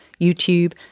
YouTube